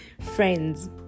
friends